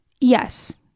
Yes